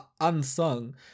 unsung